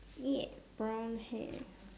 yeah brown hair